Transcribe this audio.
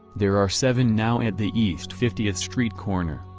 there are seven now at the east fiftieth street corner,